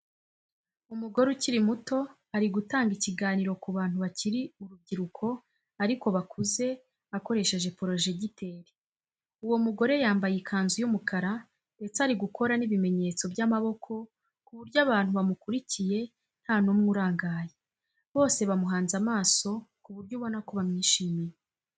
Umugore ukiri muto ari gutanga ikiganiro ku bantu bakiri urubyiruko ariko bakuze akoresheje porojegiteri. Uwo mugore yambaye ikanzu y'umukara ndetse ari gukora n'ibimenyetso by'amaboko ku buryo abantu bamukurikiye nta n'umwe urangaye. Bose bamuhanze amaso ku buryo ubona ko bamwishimiye.